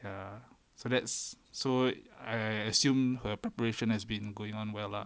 ya so that's so I assume her preparation has been going on well lah